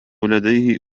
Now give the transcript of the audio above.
لديه